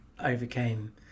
overcame